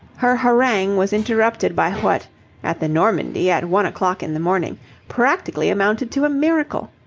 her harangue was interrupted by what at the normandie, at one o'clock in the morning practically amounted to a miracle.